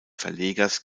verlegers